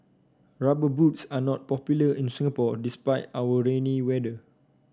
rubber boots are not popular in Singapore despite our rainy weather